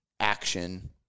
action